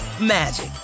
magic